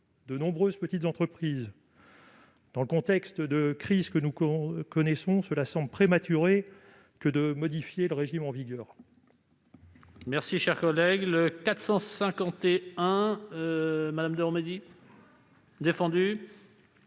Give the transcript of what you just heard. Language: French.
de nombreuses petites entreprises. Dans le contexte de crise que nous connaissons, il semble prématuré de modifier le régime en vigueur.